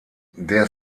der